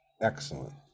excellent